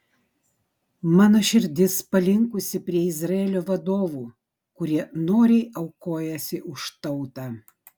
mano širdis palinkusi prie izraelio vadovų kurie noriai aukojasi už tautą